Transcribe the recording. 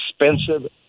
expensive